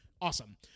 Awesome